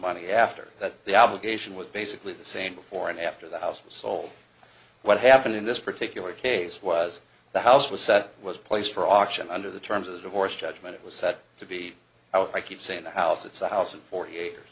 money after that the obligation was basically the same before and after the house was sold what happened in this particular case was the house was set was placed for auction under the terms of the divorce judgment it was said to be i keep saying the house it's a house of forty acres